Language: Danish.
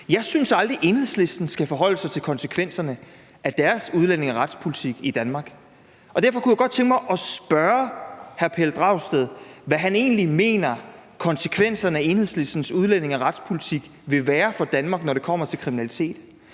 Jeg synes aldrig, Enhedslisten skal forholde sig til konsekvenserne af deres udlændinge- og retspolitik i Danmark. Og derfor kunne jeg godt tænke mig at spørge hr. Pelle Dragsted, hvad han egentlig mener konsekvenserne af Enhedslistens udlændinge- og retspolitik vil være for Danmark, når det kommer til kriminalitet.